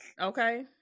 Okay